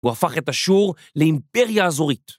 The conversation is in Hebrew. והפך את השור לאימפריה אזורית.